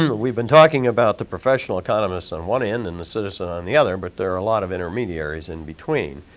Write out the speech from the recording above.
um we've been talking about the professional economists on one end and the citizen on the other, but there are a lot of intermediaries in between.